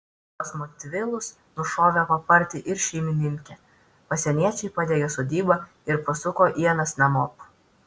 pas montvilus nušovę papartį ir šeimininkę pasieniečiai padegė sodybą ir pasuko ienas namop